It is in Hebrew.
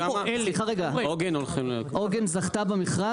עוגן זכתה במכרז,